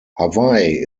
hawaii